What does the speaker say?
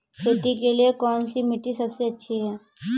खेती के लिए कौन सी मिट्टी सबसे अच्छी है?